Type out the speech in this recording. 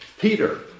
Peter